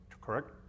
correct